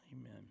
Amen